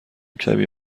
کمی